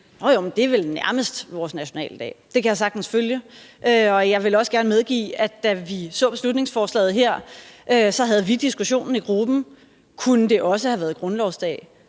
tænke vel nærmest er vores nationaldag. Det kan jeg sagtens følge, og jeg vil også gerne medgive, at da vi så beslutningsforslaget her, havde vi diskussionen i gruppen: Kunne det også have været grundlovsdag?